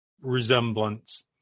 resemblance